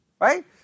right